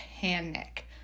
panic